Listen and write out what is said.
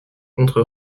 contre